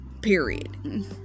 period